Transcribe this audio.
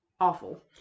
awful